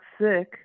sick